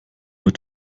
mit